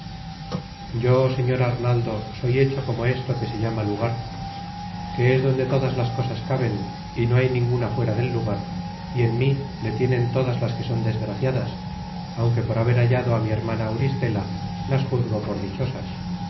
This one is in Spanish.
yo señor arnaldo soy hecho como esto que se llama lugar que es donde todas las cosas caben y no hay ninguna fuera del lugar y en mí le tienen content from google book search generated at todas las que son desgraciadas aunque por haber hallado á mi hermana auristela las juzgo por dichosas